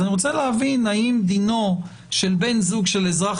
אז אני מבקש לשאול האם דינו של בן זוג של אזרח